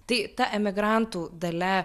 tai ta emigrantų dalia